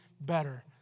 better